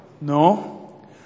No